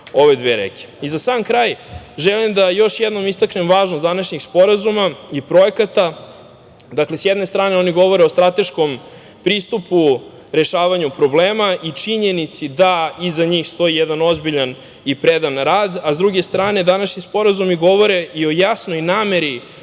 sam kraj želim da još jednom istaknem važnost današnjih sporazuma i projekata. Dakle, sa jedne strane oni govore o strateškom pristupu rešavanju problema i činjenici da iza njih stoji jedan ozbiljan i predan rad, a sa druge strane današnji sporazumi govore i o jasnoj nameri